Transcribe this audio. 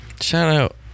Shout-out